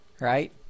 Right